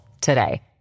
today